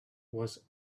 was